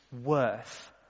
worth